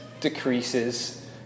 decreases